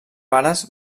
pares